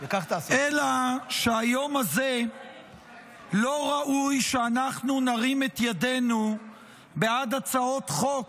אלא שהיום הזה לא ראוי שאנחנו נרים את ידינו בעד הצעות חוק